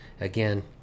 again